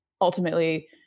ultimately